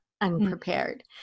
unprepared